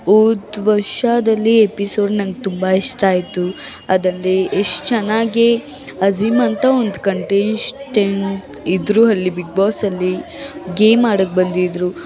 ಹೋದ್ ವರ್ಷದಲ್ಲಿ ಎಪಿಸೋಡ್ ನಂಗೆ ತುಂಬ ಇಷ್ಟ ಆಯಿತು ಅದಲ್ಲಿ ಎಷ್ಟು ಚೆನ್ನಾಗಿ ಅಜ಼ೀಮ್ ಅಂತ ಒಂದು ಕಂಟೆಸ್ಟೆಂಟ್ ಇದ್ದರು ಅಲ್ಲಿ ಬಿಗ್ ಬಾಸ್ ಅಲ್ಲಿ ಗೇಮ್ ಆಡೋಕೆ ಬಂದಿದ್ದರು